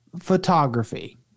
photography